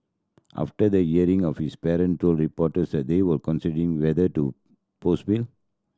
after the hearing of his parent told reporters that they were considering whether to post bill